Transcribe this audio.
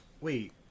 wait